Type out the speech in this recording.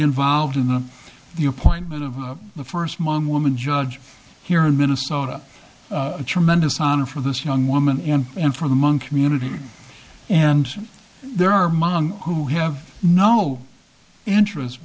involved in the the appointment of the first man woman judge here in minnesota a tremendous honor for this young woman and and for the monk community and there are moms who have no interest